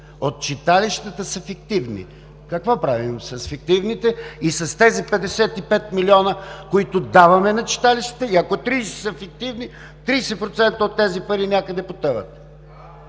от читалищата са фиктивни. Какво правим с фиктивните и с тези 55 милиона, които даваме на читалищата? И ако 30 са фиктивни, 30% от тези пари някъде потъват.